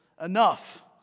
enough